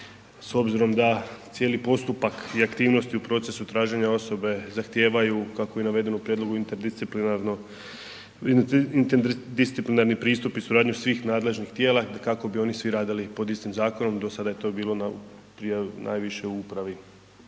s obzirom da cijeli postupak i aktivnosti u procesu traženja osobe zahtijevaju kako je i navedeno u prijedlogu interdisciplinarno, interdisciplinarni pristup i suradnju svih nadležnih tijela kako bi oni svi radili pod istim zakonom, do sada je to bilo najviše u upravi,